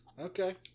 okay